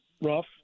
rough